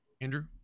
Andrew